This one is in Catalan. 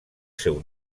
seu